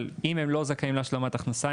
אבל אם הם לא זכאים להשלמת הכנסה,